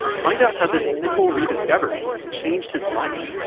find out how this simple rediscovery changed his life,